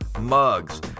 mugs